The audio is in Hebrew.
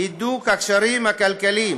הידוק הקשרים הכלכליים